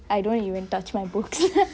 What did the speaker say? I don't even touch my books